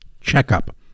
checkup